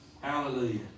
Hallelujah